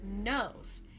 knows